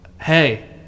hey